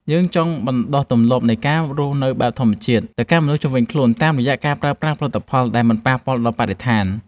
យើងចង់បណ្ដុះទម្លាប់នៃការរស់នៅបែបធម្មជាតិ ទៅកាន់មនុស្សជុំវិញខ្លួនតាមរយៈការប្រើប្រាស់ផលិតផលដែលមិនប៉ះពាល់ដល់បរិស្ថាន។